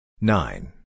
Nine